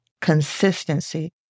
Consistency